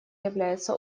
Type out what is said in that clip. является